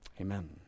Amen